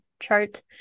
chart